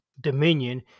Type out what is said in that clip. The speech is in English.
Dominion